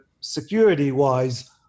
security-wise